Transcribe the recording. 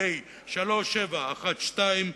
פ/3712,